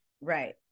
Right